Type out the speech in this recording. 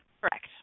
Correct